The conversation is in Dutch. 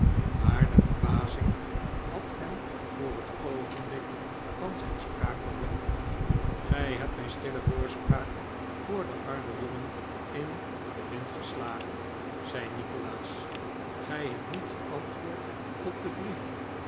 maar de verbazing had hem voor het oogenblik van zijn spraak beroofd gij hebt mijn stille voorspraak voor den armen jongen in den wind geslagen zei nikolaas gij hebt niet geantwoord op den brief